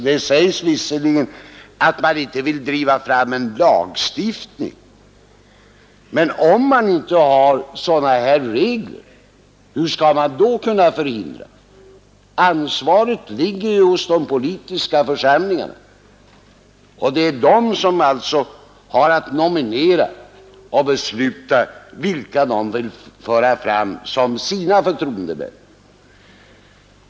Man säger visserligen att man inte vill driva fram en lagstiftning, men hur skall mångsyssleri kunna förhindras om det inte finns lagregler mot detta? Ansvaret ligger ju hos de politiska församlingarna, och det är alltså de som har att nominera och välja de personer de vill föra fram som sina förtroendemän.